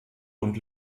und